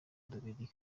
dominique